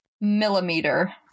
Millimeter